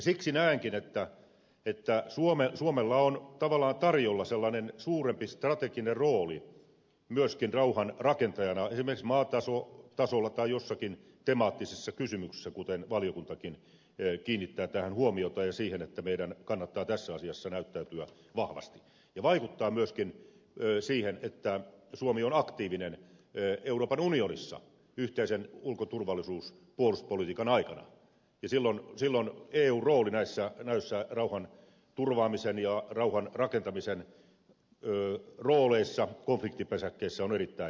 siksi näenkin että suomelle on tavallaan tarjolla sellainen suurempi strateginen rooli myöskin rauhanrakentajana esimerkiksi maatasolla tai jossakin temaattisessa kysymyksessä kuten valiokuntakin kiinnittää tähän huomiota ja siihen että meidän kannattaa tässä asiassa näyttäytyä vahvasti ja vaikuttaa myöskin siihen että suomi on aktiivinen euroopan unionissa yhteisen ulko turvallisuus ja puolustuspolitiikan aikana ja silloin eun rooli näissä rauhanturvaamisen ja rauhanrakentamisen rooleissa konfliktipesäkkeissä on erittäin merkittävä